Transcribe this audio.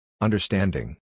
Understanding